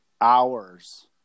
hours